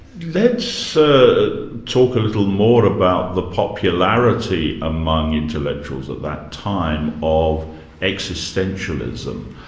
let's ah talk a little more about the popularity among intellectuals at that time, of existentialism.